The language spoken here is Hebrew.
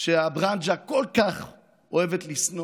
שהברנז'ה כל כך אוהבת לשנוא,